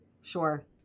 Sure